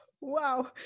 Wow